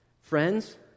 Friends